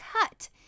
cut